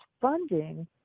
funding